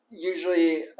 usually